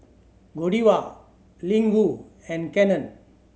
Godiva Ling Wu and Canon